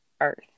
Earth